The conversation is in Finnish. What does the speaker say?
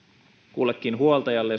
kullekin huoltajalle